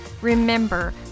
Remember